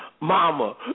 Mama